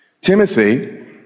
Timothy